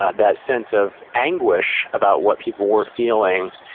ah that sense of anguish about what people were feeling,